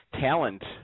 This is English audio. talent